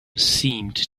seemed